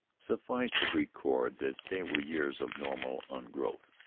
suffice to record that they were years of normal ungrowth.